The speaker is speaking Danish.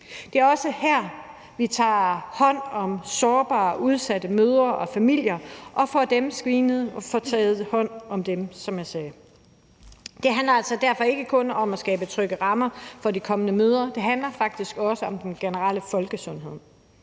Det er også her, vi tager hånd om sårbare og udsatte mødre og familier – får dem screenet og får taget hånd om dem. Det handler derfor ikke kun om at skabe trygge rammer for de kommende mødre; det handler faktisk også om den generelle folkesundhed.